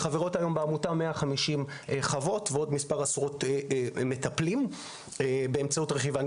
חברות היום בעמותה 150 חוות ועוד מספר עשרות מטפלים באמצעות רכיבה.